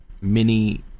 mini